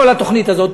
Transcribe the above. כל התוכנית הזאת.